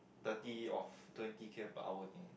thirty of twenty K_M per hour only